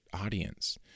audience